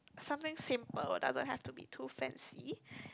something simple doesn't have to be too fancy